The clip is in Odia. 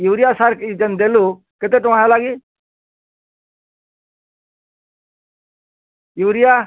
ୟୁରିଆ ସାର୍ ଇ ଯେନ୍ ଦେଲୁ କେତେ ଟଙ୍କା ହେଲାକି ୟୁରିଆ